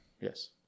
Yes